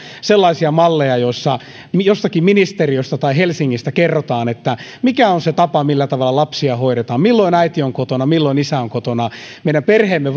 sellaisia malleja joissa jostakin ministeriöstä tai helsingistä kerrotaan mikä on se tapa millä lapsia hoidetaan milloin äiti on kotona milloin isä on kotona meidän perheemme